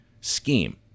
scheme